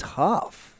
tough